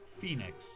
Phoenix